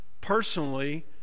personally